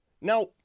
Now